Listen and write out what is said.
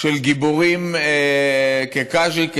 של געבורים כקאז'יק,